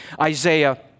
Isaiah